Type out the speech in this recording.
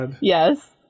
Yes